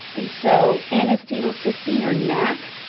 and so n-acetylcysteine or nac,